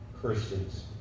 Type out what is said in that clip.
Christians